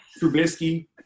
Trubisky